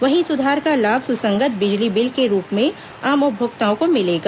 वहीं सुधार का लाभ सुसंगत बिजली बिल के रूप में आम उपभोक्ताओं को मिलेगा